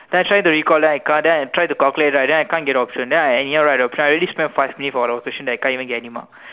then I try to recall then I can't then I try to calculate then I can't get the option then I anyhow write the option I already spent five minutes on a question that I can't get any marks